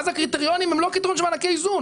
אז הקריטריונים הם לא קריטריונים של מענקי איזון.